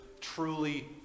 truly